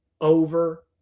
over